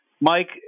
Mike